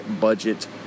budget